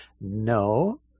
No